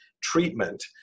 treatment